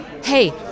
hey